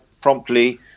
promptly